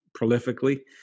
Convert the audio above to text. prolifically